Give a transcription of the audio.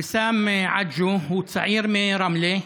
ויסאם עג'ו הוא צעיר מרמלה.